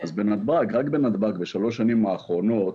אז רק בנתב"ג בשלוש השנים האחרונות